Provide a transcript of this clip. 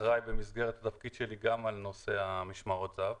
במסגרת התפקיד שלי אני אחראי גם על נושא משמרות זה"ב.